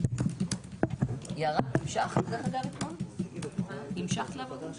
השאלה שרציתי לשאול את אדוני יושב